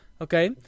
okay